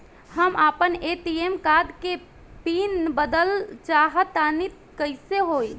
हम आपन ATM card के पीन बदलल चाहऽ तनि कइसे होई?